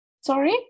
Sorry